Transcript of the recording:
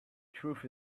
truth